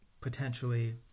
potentially